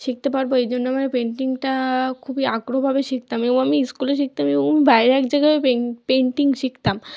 শিখতে পারবো এই জন্য আমার পেন্টিংটা খুবই আগ্রহভাবে শিখতাম এবং আমি স্কুলে শিখতাম এবং আমি বাইরের এক জায়গায় পেন্টিং শিখতাম